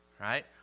right